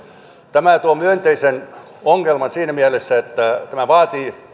tämä tuo myönteisen ongelman siinä mielessä että tämä vaatii